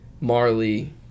Marley